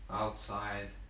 outside